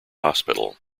hospital